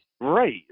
right